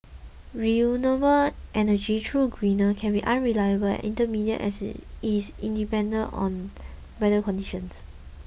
renewable energy though greener can be unreliable intermittent as is independent on weather conditions